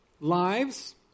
lives